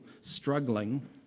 struggling